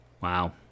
wow